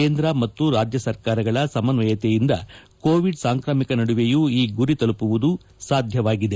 ಕೇಂದ್ರ ಮತ್ತು ರಾಜ್ಯ ಸರ್ಕಾರಗಳ ಸಮನ್ವಯತೆಯಿಂದ ಕೋವಿಡ್ ಸಾಂಕ್ರಾಮಿಕ ನಡುವೆಯೂ ಈ ಗುರಿ ತಲುಪುವುದು ಸಾಧ್ಯವಾಗಿದೆ